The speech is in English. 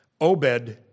Obed